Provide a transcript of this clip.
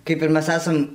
kaip ir mes esam